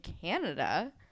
canada